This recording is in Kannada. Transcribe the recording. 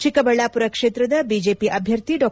ಚಿಕ್ಕಬಳ್ಳಾಪುರ ಕ್ಷೇತ್ರದ ಬಿಜೆಪಿ ಅಭ್ಯರ್ಥಿ ಡಾ